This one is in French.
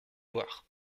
voir